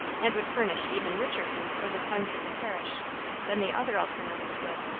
and would furnish even richer food for the tongues of the parish than the other alternatives would.